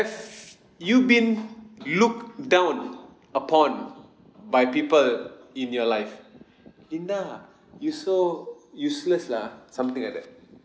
have you been looked down upon by people in your life ina you're so useless lah something like that